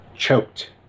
choked